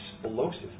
explosive